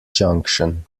junction